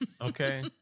Okay